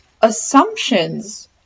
assumptions